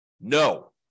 no